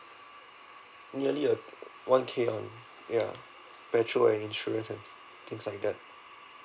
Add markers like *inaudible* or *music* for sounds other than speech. nearly uh *noise* one K only ya petrol and insurances and things like that